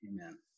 Amen